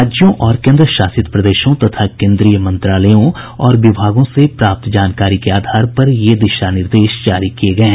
राज्यों और केन्द्रशासित प्रदेशों तथा केन्द्रीय मंत्रालयों और विभागों से प्राप्त जानकारी के आधार पर ये दिशा निर्देश जारी किए गए हैं